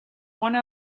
one